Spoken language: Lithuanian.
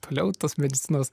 toliau tas medicinos